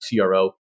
CRO